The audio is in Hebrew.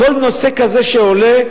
כל נושא כזה שעולה,